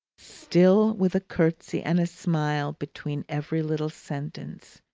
still with a curtsy and a smile between every little sentence,